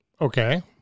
Okay